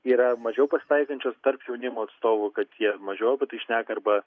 yra mažiau pasitaikančios tarp jaunimo atstovų kad jie mažiau apie tai šneka arba